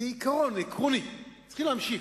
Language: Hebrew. כעיקרון, עקרונית, צריכים להמשיך.